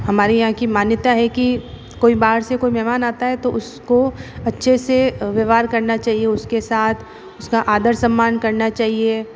हमारे यहाँ की मान्यता है कि कोई बाहर से कोई मेहमान आता है तो उसको अच्छे से व्यवहार करना चाहिए उसके साथ उसका आदर सम्मान करना चाहिए